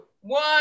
one